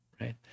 right